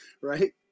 right